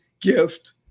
gift